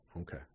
Okay